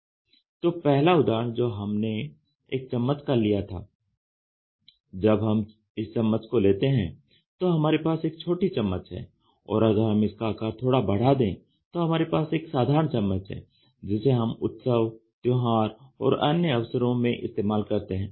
तो पहला उदाहरण जो हमने एक चम्मच का लिया था जब हम इस चम्मच को लेते हैं तो हमारे पास एक छोटी चम्मच है और अगर हम इसका आकार थोड़ा बढ़ा दें तो हमारे पास एक साधारण चम्मच है जिसे हम उत्सव त्यौहार और अन्य ऐसे अवसरों में इस्तेमाल करते हैं